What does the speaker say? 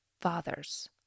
fathers